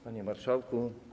Panie Marszałku!